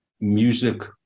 music